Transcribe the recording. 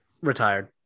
retired